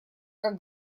как